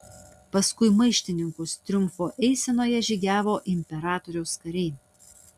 paskui maištininkus triumfo eisenoje žygiavo imperatoriaus kariai